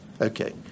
Okay